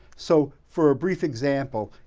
so, for a brief example,